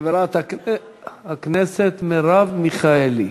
חברת הכנסת מרב מיכאלי.